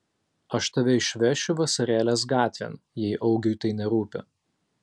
aš tave išvešiu vasarėlės gatvėn jei augiui tai nerūpi